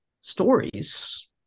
stories